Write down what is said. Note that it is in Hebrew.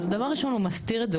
אז דבר ראשון הוא מסתיר את זה,